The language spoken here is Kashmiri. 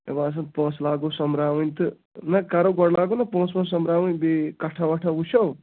مےٚ باسان پونٛسہٕ لاگو سوٚمبراوٕنۍ تہٕ نہ کرو گۄڈٕ لاگو نہ پوںٛسہٕ وونٛسہٕ سوٚمبراوٕنۍ بیٚیہِ کَٹھا وَٹھا وٕچھو